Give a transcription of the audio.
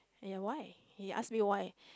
and why he asked me why